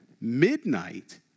midnight